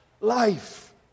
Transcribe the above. Life